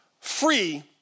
free